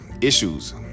issues